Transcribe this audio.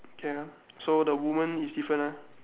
okay ah so the woman is different ah